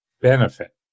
benefit